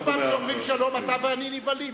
כל פעם שאומרים שלום אתה ואני נבהלים,